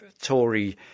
Tory